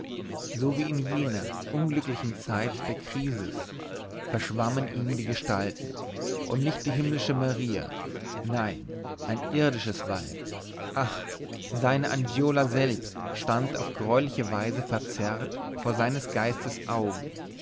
so wie in jener unglücklichen zeit der krisis verschwammen ihm die gestalten und nicht die himmlische maria nein ein irdisches weib ach seine angiola selbst stand auf greuliche weise verzerrt vor seines geistes augen